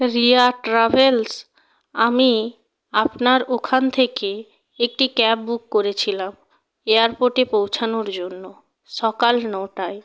Riya travels আমি আপনার ওখান থেকে একটি ক্যাব বুক করেছিলাম এয়ারপোর্টে পৌঁছানোর জন্য সকাল নটায়